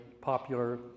popular